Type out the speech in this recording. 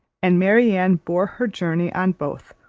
and marianne bore her journey on both,